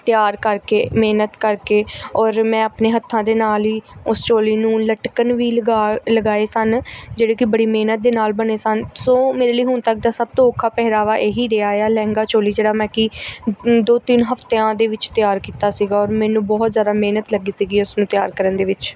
ਤਿਆਰ ਕਰਕੇ ਮਿਹਨਤ ਕਰਕੇ ਔਰ ਮੈਂ ਆਪਣੇ ਹੱਥਾਂ ਦੇ ਨਾਲ ਹੀ ਉਸ ਚੋਲੀ ਨੂੰ ਲਟਕਣ ਵੀ ਲਗਾ ਲਗਾਏ ਸਨ ਜਿਹੜੇ ਕਿ ਬੜੀ ਮਿਹਨਤ ਦੇ ਨਾਲ ਬਣੇ ਸਨ ਸੋ ਮੇਰੇ ਲਈ ਹੁਣ ਤੱਕ ਦਾ ਸਭ ਤੋਂ ਔਖਾ ਪਹਿਰਾਵਾ ਇਹ ਹੀ ਰਿਹਾ ਆ ਲਹਿੰਗਾ ਚੋਲੀ ਜਿਹੜਾ ਮੈਂ ਕਿ ਦੋ ਤਿੰਨ ਹਫ਼ਤਿਆਂ ਦੇ ਵਿੱਚ ਤਿਆਰ ਕੀਤਾ ਸੀਗਾ ਔਰ ਮੈਨੂੰ ਬਹੁਤ ਜ਼ਿਆਦਾ ਮਿਹਨਤ ਲੱਗੀ ਸੀਗੀ ਉਸ ਨੂੰ ਤਿਆਰ ਕਰਨ ਦੇ ਵਿੱਚ